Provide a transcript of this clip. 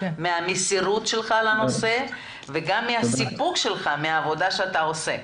מהמסירות שלך לנושא וגם מהסיפוק שלך מהעבודה שאתה עושה.